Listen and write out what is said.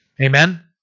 Amen